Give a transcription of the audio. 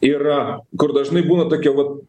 ir kur dažnai būna tokie va